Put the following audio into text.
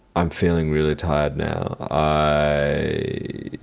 i'm feeling really tired now. i